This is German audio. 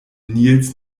nils